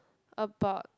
about